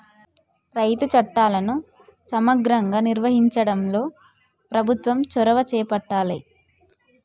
రైతు చట్టాలను సమగ్రంగా నిర్వహించడంలో ప్రభుత్వం చొరవ చేపట్టాలె